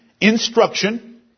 instruction